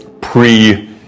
pre-